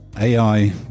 AI